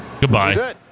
Goodbye